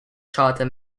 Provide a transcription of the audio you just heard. charter